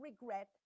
regret